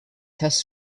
test